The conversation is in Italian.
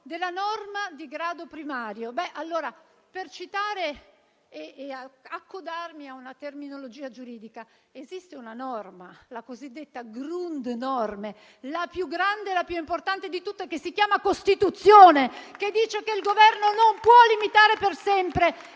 di norma di grado primario. Allora, per citare e accodarmi a una terminologia giuridica, esiste una norma, la cosiddetta *grundnorm*, la più grande e la più importante di tutte che si chiama Costituzione che dice che il Governo non può limitare per sempre